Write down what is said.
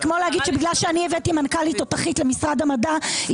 זה כמו להגיד שבגלל שהבאתי מנכ"לית תותחית למשרד המדע היא